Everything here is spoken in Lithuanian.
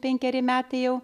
penkeri metai jau